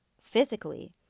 physically